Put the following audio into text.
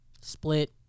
split